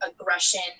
aggression